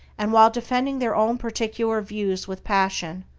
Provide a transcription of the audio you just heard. and, while defending their own particular views with passion,